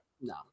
No